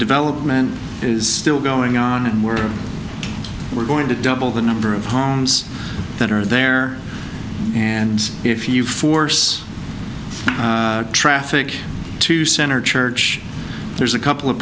development is still going on and we're we're going to double the number of homes that are there and if you force traffic to center church there's a couple of